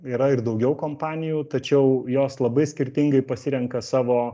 yra ir daugiau kompanijų tačiau jos labai skirtingai pasirenka savo